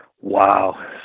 Wow